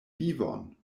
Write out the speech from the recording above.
vivon